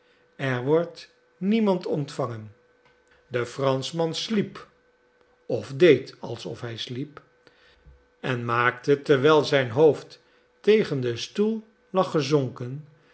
er wordt niemand ontvangen de franschman sliep of deed alsof hij sliep en maakte terwijl zijn hoofd tegen den stoel lag gezonken